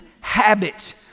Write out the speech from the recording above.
habits